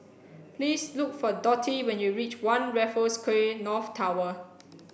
please look for Dotty when you reach One Raffles Quay North Tower